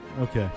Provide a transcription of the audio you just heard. Okay